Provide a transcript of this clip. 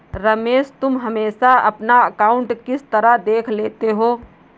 रमेश तुम हमेशा अपना अकांउट किस तरह देख लेते हो?